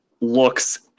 Looks